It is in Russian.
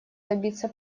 добиться